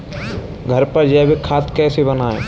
घर पर जैविक खाद कैसे बनाएँ?